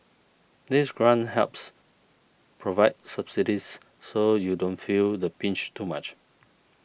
this grant helps provide subsidies so you don't feel the pinch too much